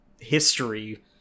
history